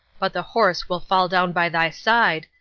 but the horse will fall down by thy side,